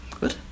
good